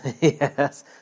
Yes